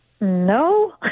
No